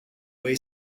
way